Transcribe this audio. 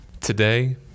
Today